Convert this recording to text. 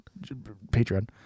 patreon